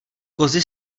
kozy